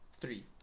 three